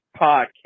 Podcast